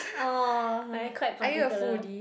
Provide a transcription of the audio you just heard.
orh are you a foodie